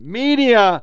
media